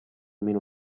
meno